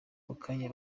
mukanya